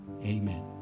Amen